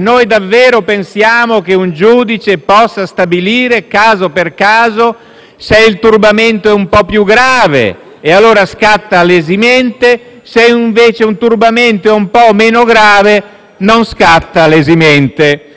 grave? Davvero pensiamo che un giudice possa stabilire caso per caso se il turbamento è un po' più grave, e in quel caso scatta l'esimente, o se invece il turbamento è un po' meno grave, e allora non scatta l'esimente?